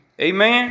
Amen